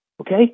Okay